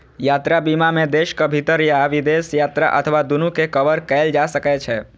यात्रा बीमा मे देशक भीतर या विदेश यात्रा अथवा दूनू कें कवर कैल जा सकै छै